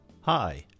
Hi